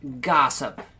gossip